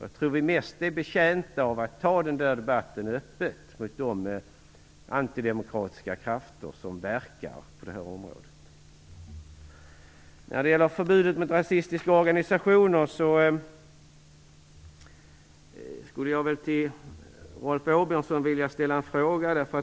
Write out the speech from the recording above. Jag tror att vi mest är betjänta av att öppet föra debatten med de antidemokratiska krafter som verkar på det här området. När det gäller förbudet mot rasistiska organisationer skulle jag till Rolf Åbjörnsson vilja ställa en fråga.